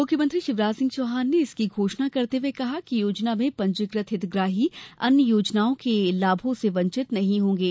मुख्यमंत्री शिवराज सिंह चौहान ने इसकी घोषणा करते हुए कहा कि योजना में पंजीकृत हितग्राही अन्य योजनाओं के लाभों से वंचित नहीं होंगे